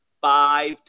five